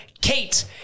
Kate